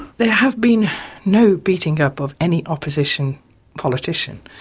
there have been no beating-up of any opposition politician.